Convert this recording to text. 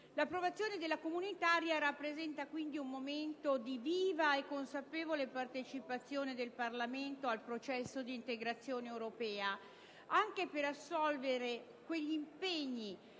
L'approvazione della legge comunitaria rappresenta quindi un momento di viva e consapevole partecipazione del Parlamento al processo di integrazione europea, anche per assolvere agli impegni